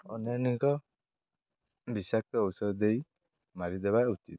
ଅନ୍ୟାନ୍ୟ ବିଷାକ୍ତ ଔଷଧ ଦେଇ ମାରିଦେବା ଉଚିତ